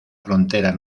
frontera